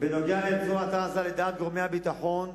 בנוגע לרצועת-עזה, לדעת גורמי הביטחון,